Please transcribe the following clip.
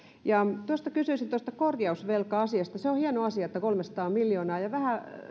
tuosta korjausvelka asiasta on hieno asia että siihen laitetaan kolmesataa miljoonaa kysyisin vähän